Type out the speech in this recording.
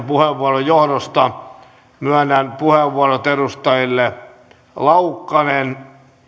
puheenvuoron johdosta myönnän puheenvuorot edustajille laukkanen